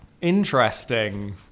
Interesting